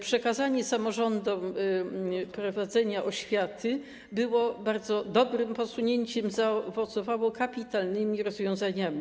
Przekazanie samorządom prowadzenia oświaty było bardzo dobrym posunięciem, które zaowocowało kapitalnymi rozwiązaniami.